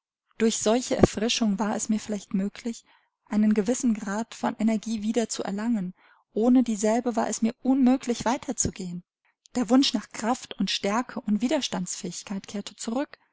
durch solche erfrischung war es mir vielleicht möglich einen gewissen grad von energie wieder zu erlangen ohne dieselbe war es mir unmöglich weiter zu gehen der wunsch nach kraft und stärke und widerstandsfähigkeit kehrte zurück